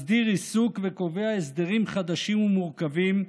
מסדיר עיסוק וקובע הסדרים חדשים ומורכבים,